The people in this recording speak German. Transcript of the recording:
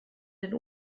den